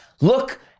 look